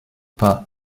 pas